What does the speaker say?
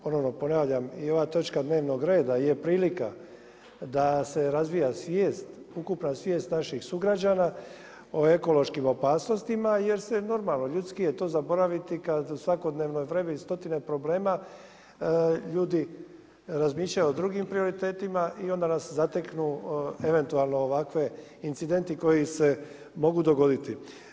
Ponovno ponavljam, ova točka dnevnog reda je prilika da se razvija svijest, ukupna svijest naših sugrađana o ekološkim opasnostima jer je normalno ljudski je to zaboraviti kada u svakodnevnoj vrevi stotine problema ljudi razmišljaju o drugim prioritetima i onda nas zateknu eventualno ovakvi incidenti koji se mogu dogoditi.